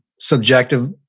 subjective